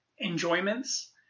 enjoyments